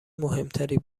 مهمتری